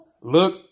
Look